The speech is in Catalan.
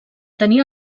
tenia